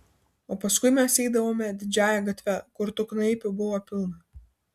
o paskui mes eidavome didžiąja gatve kur tų knaipių buvo pilna